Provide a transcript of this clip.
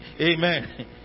Amen